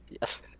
yes